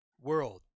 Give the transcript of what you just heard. World